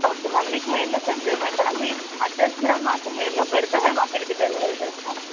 okay ma'am మీకు మెయిల్లో send చేయమంటారా మీ అడ్రస్ కూడా మాకు మెయిల్లో పెడితే మేము అక్కడికి డెలివరీ చేస్తాం